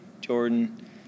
jordan